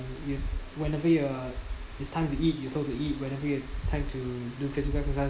you whenever you're it's time to eat you told to eat whenever you're time to do physical exercises